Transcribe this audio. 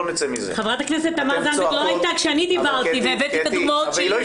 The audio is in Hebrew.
חברת הכנסת תמר זנדברג לא הייתה כשאני דיברתי והבאתי את הדוגמאות שלי.